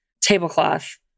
tablecloth